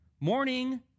morning